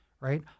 right